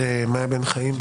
מיה בן חיים,